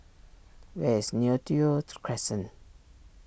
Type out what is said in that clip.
where is Neo Tiew Crescent